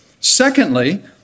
Secondly